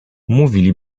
mówili